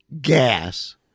gas